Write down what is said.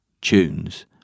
tunes